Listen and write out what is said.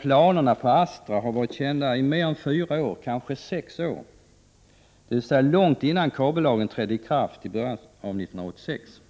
Planerna på Astra har emellertid varit kända i mer än fyra år, kanske sex år, dvs. långt innan kabellagen trädde i kraft i början av 1986.